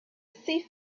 thief